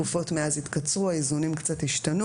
מאז התקופות התקצרו והאיזונים קצת השתנו